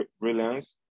brilliance